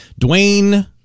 Dwayne